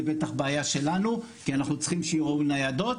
זה בטח בעיה שלנו, כי אנחנו צריכים שיראו ניידות.